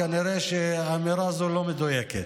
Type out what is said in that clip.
כנראה שהאמירה הזאת לא מדויקת.